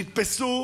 נתפסו